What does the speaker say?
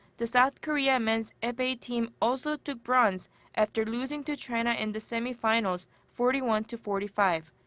the south korea men's epee team also took bronze after losing to china in the semifinals forty one to forty five.